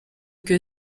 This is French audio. que